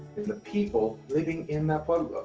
is the people living in that pueblo.